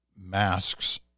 masks